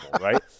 right